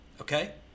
okay